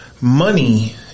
money